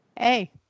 hey